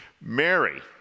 Mary